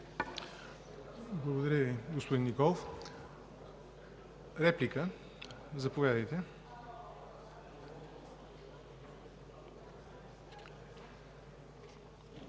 Благодаря Ви, господин Николов. Реплики? Заповядайте!